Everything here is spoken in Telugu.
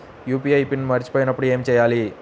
యూ.పీ.ఐ పిన్ మరచిపోయినప్పుడు ఏమి చేయాలి?